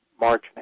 March